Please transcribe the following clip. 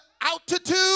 altitude